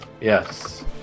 Yes